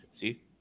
See